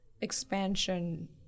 expansion